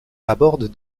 abordent